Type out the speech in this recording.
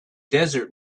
desert